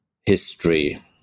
history